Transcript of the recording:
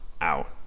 out